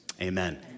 Amen